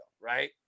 right